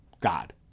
God